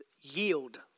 yield